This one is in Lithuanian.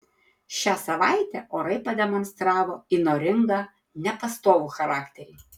šią savaitę orai pademonstravo įnoringą nepastovų charakterį